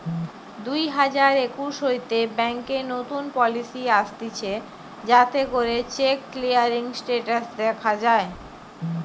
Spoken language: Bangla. দুই হাজার একুশ হইতে ব্যাংকে নতুন পলিসি আসতিছে যাতে করে চেক ক্লিয়ারিং স্টেটাস দখা যায়